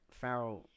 Farrell